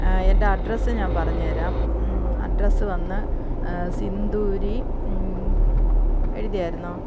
എൻ്റെ അഡ്രസ്സ് ഞാൻ പറഞ്ഞ് തരാം അഡ്രസ്സ് വന്ന് സിന്ദൂരി എഴുതിയായിരുന്നോ